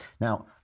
Now